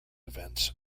events